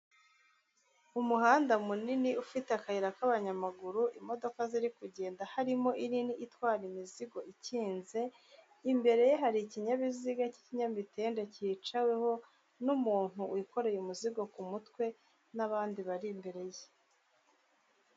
Umuhanda munini ufite akayira k'abanyamaguru, imodoka ziri kugenda harimo inini itwara imizigo ikinze, imbere ye hari ikinyabiziga cy'ikinyamitende cyicaweho n'umuntu wikoreye umuzigo ku mutwe n'abandi bari imbere ye.